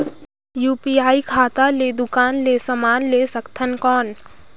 UPI खाता ले दुकान ले समान ले सकथन कौन?